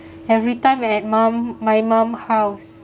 every time at mum my mum house